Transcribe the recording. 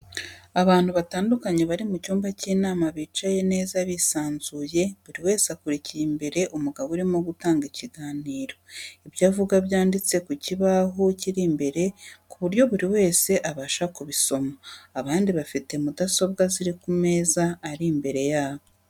Abantu batandukanye bari mu cyumba cy'inama bicaye neza bisanzuye buri wese akurikiye imbere umugabo urimo gutanga ikiganiro, ibyo avuga byanditse ku kibaho kiri imbere ku buryo buri wese abasha kubisoma, abanshi bafite mudasobwa ziri ku meza ari imbere yabo.